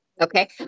Okay